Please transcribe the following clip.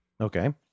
Okay